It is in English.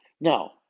Now